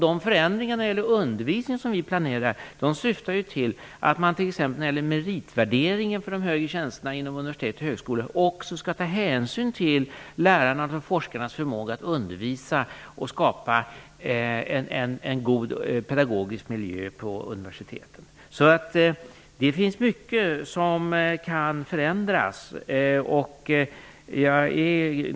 De förändringar vi planerar i fråga om undervisning syftar till att man när det gäller meritvärdering för de högre tjänsterna inom universitets och högskoleväsendet också skall ta hänsyn till lärarnas och forskarnas förmåga att undervisa och att skapa en god pedagogisk miljö på universiteten. Mycket kan således förändras.